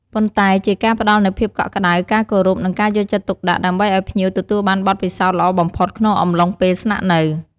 ប៉ុន្តែជាការផ្តល់នូវភាពកក់ក្តៅ ការគោរព និងការយកចិត្តទុកដាក់ ដើម្បីឲ្យភ្ញៀវទទួលបានបទពិសោធន៍ល្អបំផុតក្នុងអំឡុងពេលស្នាក់នៅ។